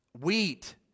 wheat